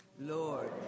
Lord